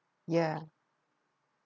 ya